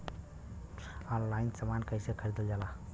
Online समान कैसे खरीदल जाला?